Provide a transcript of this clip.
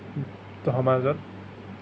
সমাজত